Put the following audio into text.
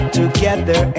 together